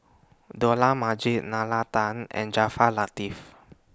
Dollah Majid Nalla Tan and Jaafar Latiff